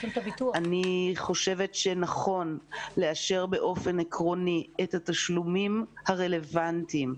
אני חושבת שנכון לאשר באופן עקרוני את התשלומים הרלוונטיים,